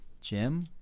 Jim